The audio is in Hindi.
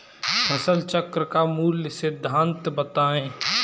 फसल चक्र का मूल सिद्धांत बताएँ?